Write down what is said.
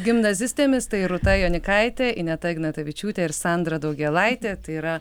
gimnazistėmis tai rūta jonikaitė ineta ignatavičiūtė ir sandra daugėlaitė tai yra